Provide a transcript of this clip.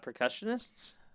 percussionists